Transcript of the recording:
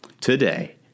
today